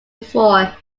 before